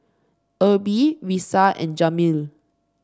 Erby Risa and Jameel